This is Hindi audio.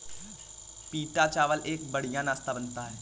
पीटा चावल का एक बढ़िया नाश्ता बनता है